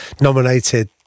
nominated